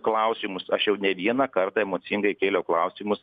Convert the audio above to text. klausimus aš jau ne vieną kartą emocingai kėliau klausimus